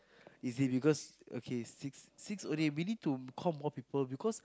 is it because okay six six only we need to call more people because